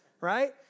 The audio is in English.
Right